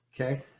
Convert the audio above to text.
okay